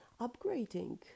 upgrading